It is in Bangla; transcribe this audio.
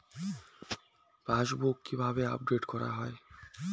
পাশবুক কিভাবে আপডেট করা হয়?